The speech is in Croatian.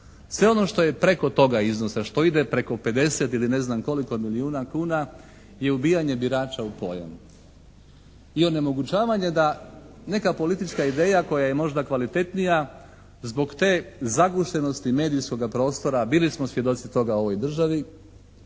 Sve ono što je preko toga iznosa, što ide preko 50 ili ne znam koliko milijuna kuna je ubijanje birača u pojam. I onemogućavanje da neka politička ideja koja je možda kvalitetnija zbog te zagušenosti medijskoga prostora, bili smo svjedoci toga u ovoj državi,